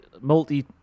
multi